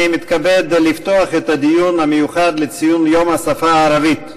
אני מתכבד לפתוח את הדיון המיוחד לציון יום השפה הערבית,